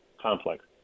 complex